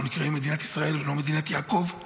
אנחנו נקראים מדינת ישראל ולא מדינת יעקב.